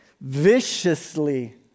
viciously